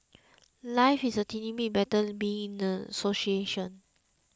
life is a tiny bit better being in an association